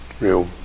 real